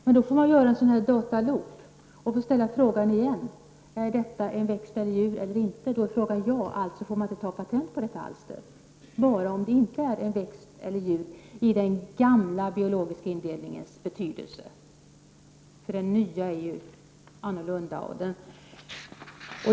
Man får då göra en ”data-loop” och återigen ställa frågan om det handlar om en växt eller ett djur. Om svaret är ja, får man inte ta patent på detta alster. Så får ske bara om det inte är fråga om en växt eller ett djur enligt den gamla biologiska indelningen. Den nya indelningen är ju annorlunda.